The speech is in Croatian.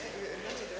Hvala